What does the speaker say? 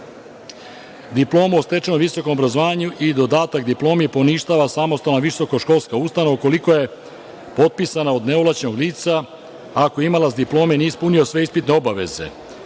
o stečenom visokom obrazovanju i dodatak diplomi poništava samostalna visokoškolska ustanova, ukoliko je potpisana od neovlašćenog lica, ako imalac diplome nije ispunio sve ispitne obaveze,